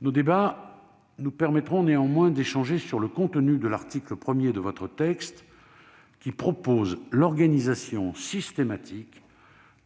Nos débats nous permettront néanmoins d'échanger sur le contenu de l'article 1 de la proposition de loi, tendant à prévoir l'organisation systématique